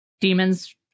demons